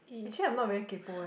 actually I'm not very kaypo eh